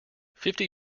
fifty